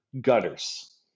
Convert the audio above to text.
gutters